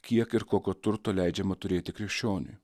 kiek ir kokio turto leidžiama turėti krikščioniui